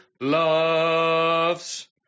loves